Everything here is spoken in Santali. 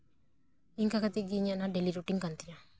ᱤᱱᱠᱟᱹ ᱠᱟᱛᱮ ᱜᱮ ᱤᱧᱟᱹᱜ ᱚᱱᱟ ᱰᱮᱞᱤ ᱨᱩᱴᱤᱱ ᱠᱟᱱ ᱛᱤᱧᱟ